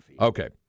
Okay